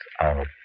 Out